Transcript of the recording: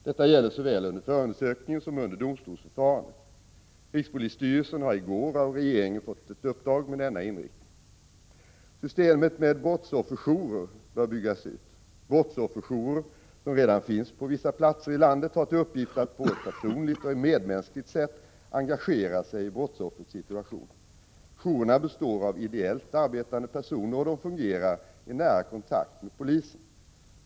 Detta gäller såväl under förundersökningen som under domstolsförfarandet. Rikspolisstyrelsen har i går av regeringen fått ett uppdrag med denna inriktning. Systemet med brottsofferjourer bör byggas ut. Brottsofferjourer, som redan finns på vissa platser i landet, har till uppgift att på ett personligt och medmänskligt sätt engagera sig i brottsoffrets situation. Jourerna består av ideellt arbetande personer, och de fungerar i nära kontakt med polisen.